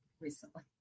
recently